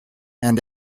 and